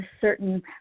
certain